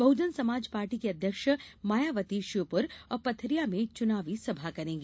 Bahujan Samaj party की अध्यक्ष अध्यक्ष मायावती श्योपुर और पथरिया में चुनावी सभा करेंगी